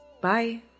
Bye